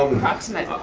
um approximate.